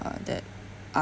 uh that